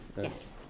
Yes